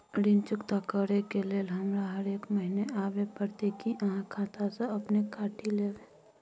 ऋण चुकता करै के लेल हमरा हरेक महीने आबै परतै कि आहाँ खाता स अपने काटि लेबै?